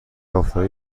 آفتابی